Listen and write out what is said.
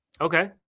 Okay